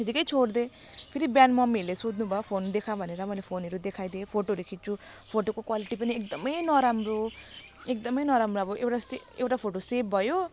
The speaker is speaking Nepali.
त्यतिकै छोडिदिए फेरि बिहान ममीहरूले सोध्नु भयो फोन देखाऊ भनेर मैले फोनहरू देखाइदिए फोटोहरू खिच्छु फोटोको क्वालिटी पनि एकदमै नराम्रो एकदमै नराम्रो अब एउटा से एउटा फोटो सेभ भयो